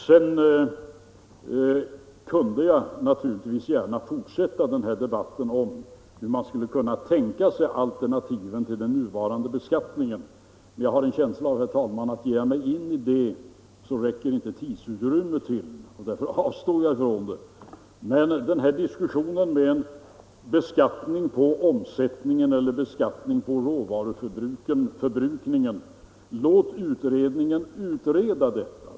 Jag kunde naturligtvis gärna fortsätta den här debatten om hur man skulle kunna tänka sig alternativen till den nuvarande beskattningen, men jag har en känsla av, herr talman, att tidsutrymmet inte räcker till om jag ger mig in i det. Därför avstår jag från det. Låt utredningen utreda frågorna om beskattning på omsättning eller beskattning på råvaruförbrukning!